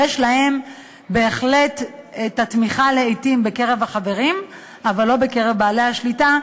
יש להם בהחלט התמיכה לעתים בקרב החברים אבל לא בקרב בעלי השליטה,